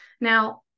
Now